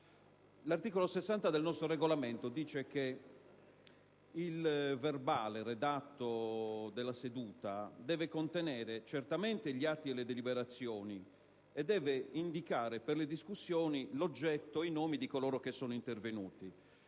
l'articolo 60 del nostro Regolamento il processo verbale della seduta deve contenere soltanto gli atti e le deliberazioni e deve indicare, per le discussioni, l'oggetto e i nomi di coloro che sono intervenuti.